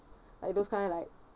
like those kind like